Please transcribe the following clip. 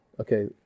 okay